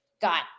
got